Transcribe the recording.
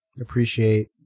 appreciate